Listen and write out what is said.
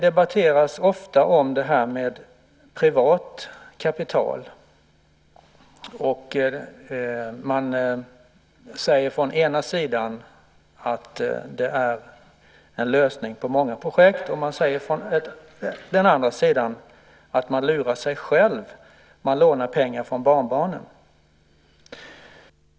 Det här med privat kapital debatteras ofta. Man säger från den ena sidan att det är en lösning på många projekt, och från den andra sidan att man lurar sig själv och lånar pengar från barnbarnen.